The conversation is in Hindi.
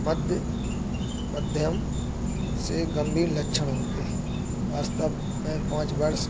मध्य मध्यम से गंभीर लक्षण होते हैं वास्तव में पाँच वर्ष